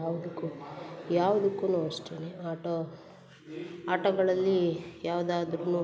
ಯಾವ್ದಕ್ಕೂ ಯಾವ್ದುಕ್ಕೂ ಅಷ್ಟೇ ಆಟೋ ಆಟಗಳಲ್ಲಿ ಯಾವ್ದಾದ್ರೂ